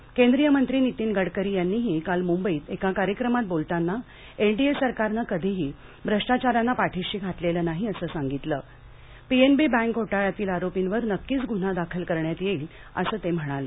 गडकरीः केंद्रीय मंत्री नितीन गडकरी यांनींही काल मंंबईत एका कार्यक्रमात बोलताना एनडीए सरकारनं कधीही भ्रष्टाचाऱ्यांना पाठीशी घातलेलं नाही असं सांगून पीएनबी बँक घोटाळ्यातील आरोपींवर नक्कीच ग्रन्हा दाखल करण्यात येईल असं सांगितलं